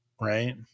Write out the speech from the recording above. Right